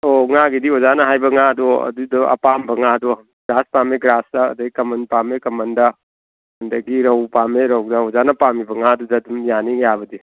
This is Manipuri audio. ꯑꯣ ꯉꯥꯒꯤꯗꯤ ꯑꯣꯖꯥꯅ ꯍꯥꯏꯕ ꯉꯥꯗꯣ ꯑꯗꯨꯏꯗꯣ ꯑꯄꯥꯝꯕ ꯉꯥꯗꯣ ꯒ꯭ꯔꯥꯁ ꯄꯥꯝꯃꯦ ꯒ꯭ꯔꯥꯁꯇ ꯑꯗꯩ ꯀꯃꯟ ꯄꯥꯝꯃꯦ ꯀꯃꯟꯗ ꯑꯗꯒꯤ ꯔꯧ ꯄꯥꯝꯃꯦ ꯔꯧꯗ ꯑꯣꯖꯥꯅ ꯄꯥꯝꯃꯤꯕ ꯉꯥꯗꯨꯗ ꯑꯗꯨꯝ ꯌꯥꯅꯤ ꯌꯥꯕꯗꯤ